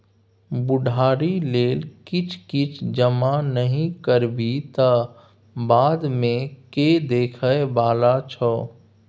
बुढ़ारी लेल किछ किछ जमा नहि करबिही तँ बादमे के देखय बला छौ?